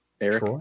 eric